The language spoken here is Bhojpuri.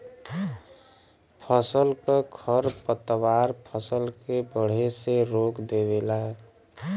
फसल क खरपतवार फसल के बढ़े से रोक देवेला